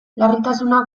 larritasunak